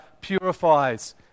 purifies